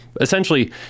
essentially